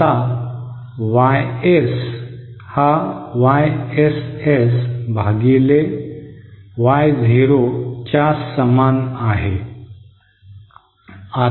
आता YS हा YSs भागिले Y0 च्या समान आहे